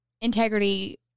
integrity